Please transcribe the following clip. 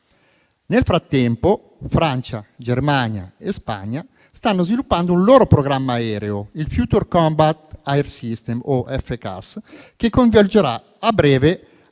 Nel frattempo, Francia, Germania e Spagna stanno sviluppando un loro programma aereo, il Future Combat air system (FCAS/SCAF), che coinvolgerà a breve